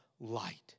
Light